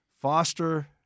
Foster